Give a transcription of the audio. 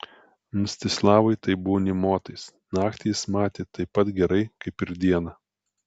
mstislavui tai buvo nė motais naktį jis matė taip pat gerai kaip ir dieną